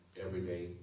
everyday